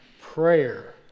prayer